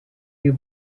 you